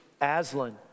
Aslan